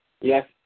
Yes